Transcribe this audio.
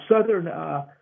southern –